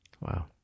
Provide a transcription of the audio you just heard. Wow